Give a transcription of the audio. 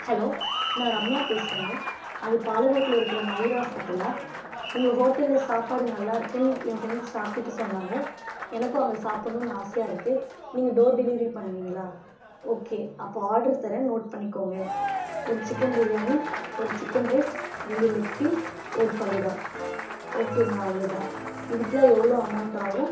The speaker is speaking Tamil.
ஹலோ நான் ரம்யா பேசுகிறேங்க அது பாலகோட்ல இருக்கிற மயூரா ஹோட்டலா உங்கள் ஹோட்டல்ல சாப்பாடு நல்லா இருக்குதுன் என் ஃப்ரெண்ட்ஸ் சாப்பிட்டுட்டு சொன்னாங்கள் எனக்கும் அங்கே சாப்புடணுனு ஆசையாக இருக்குது நீங்கள் டோர் டெலிவரி பண்ணுவிங்களா ஓகே அப்போ ஆட்ரு தரேன் நோட் பண்ணிக்கோங்கள் ஒரு சிக்கன் பிரியாணி ஒரு சிக்கன் ரைஸ் ரெண்டு லெக் பீஸ் ஒரு ஃபலூடா ஓகேங்க அவ்வளோதான் இதுக்குலாம் எவ்வளோ அமௌன்ட் ஆகும்